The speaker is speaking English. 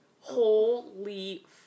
Holy